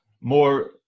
more